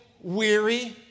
weary